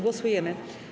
Głosujemy.